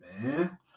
Man